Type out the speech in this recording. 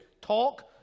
talk